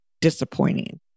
disappointing